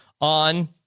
on